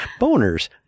Boners